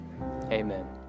amen